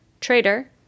traitor